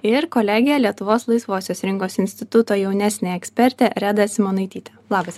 ir kolegę lietuvos laisvosios rinkos instituto jaunesniąją ekspertę redą simonaitytę labas